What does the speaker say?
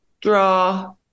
draw